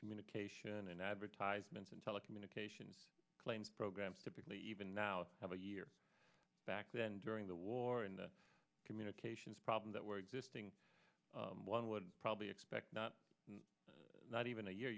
communication and advertisements in telecommunications claims programs typically even now have a year back then during the war in the communications problem that were existing one would probably expect not not even a year